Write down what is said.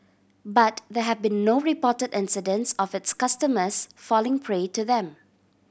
but there have been no reported incidents of its customers falling prey to them